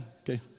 Okay